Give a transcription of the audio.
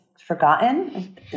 forgotten